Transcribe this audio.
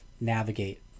navigate